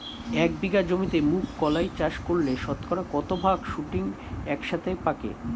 এক বিঘা জমিতে মুঘ কলাই চাষ করলে শতকরা কত ভাগ শুটিং একসাথে পাকে?